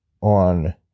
on